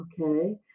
Okay